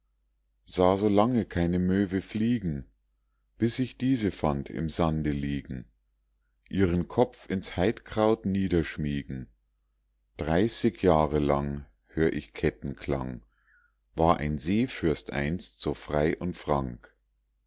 sah so lange keine möwe fliegen bis ich diese fand im sande liegen ihren kopf ins heidkraut niederschmiegen dreißig jahre lang hör ich kettenklang war ein seefürst einst so frei und frank